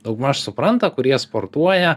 daugmaž supranta kurie sportuoja